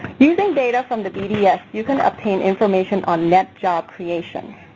using data from the bds you can obtain information on net job creation.